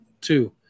Two